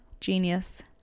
genius